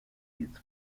jest